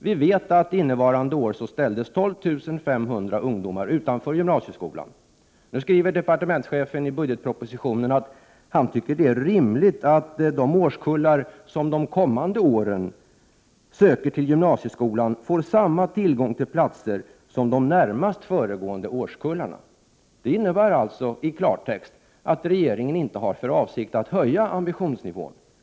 Vi vet att under innevarande budgetår har 1 250 ungdomar ställts utanför gymnasieskolan. Departementschefen skriver nu i budgetpropositionen att han tycker att det är rimligt att de årskullar som under de kommande åren söker till gymnasieskolan får samma tillgång på platser som de närmast föregående årskullarna. Det innebär i klartext att regeringen inte har för avsikt att höja ambitionsnivån.